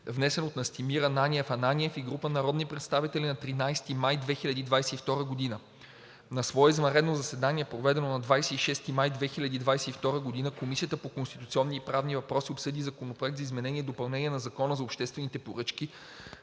внесен от Настимир Ананиев Ананиев и група народни представители нa 13 май 2022 г. На свое извънредно заседание, проведено на 26 май 2022 г., Комисията по конституционни и правни въпроси обсъди Законопроект за изменение и допълнение на Закона за обществените поръчки,